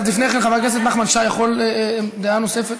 אז לפני כן, חבר הכנסת נחמן שי יכול דעה נוספת?